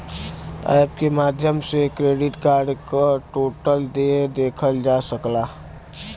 app के माध्यम से क्रेडिट कार्ड क टोटल देय देखल जा सकला